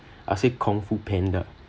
I say kung fu panda